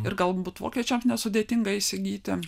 ir galbūt vokiečiams nesudėtinga įsigyti